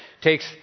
takes